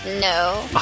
No